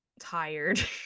tired